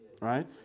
Right